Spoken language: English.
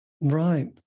Right